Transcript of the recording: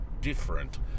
different